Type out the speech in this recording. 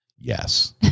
Yes